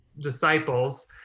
disciples